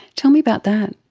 tell me about that.